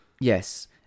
Yes